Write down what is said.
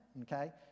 okay